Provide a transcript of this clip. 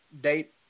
date